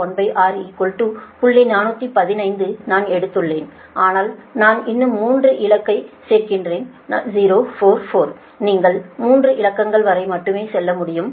415 நான் எடுத்துள்ளேன் ஆனால் நான் இன்னும் மூன்று இலக்களைச் சேர்க்கிறேன் 044 நீங்கள் 3 இலக்கங்கள் வரை மட்டுமே செல்ல முடியும்